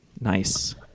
Nice